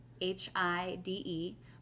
H-I-D-E